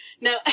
No